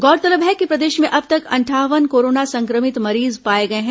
गौरतलब है कि प्रदेश में अब तक अंठावन कोरोना संक्रमित मरीज पाए गए हैं